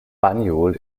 banjul